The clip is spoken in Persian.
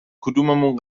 کدوممون